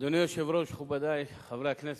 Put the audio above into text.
אדוני היושב-ראש, מכובדי חברי הכנסת,